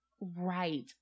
Right